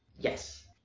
Yes